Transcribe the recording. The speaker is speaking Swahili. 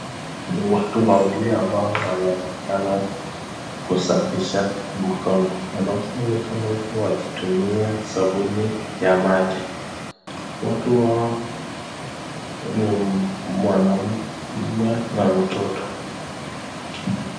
Ni watu wawili ambao wanaonekana kusafisha mkono. Wanaosha mkono huku wakitumia sabuni ya maji. Watu hao ni mwanaume na mtoto.